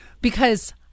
because-